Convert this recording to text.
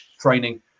training